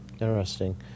Interesting